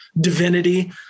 divinity